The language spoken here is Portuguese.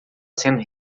sendo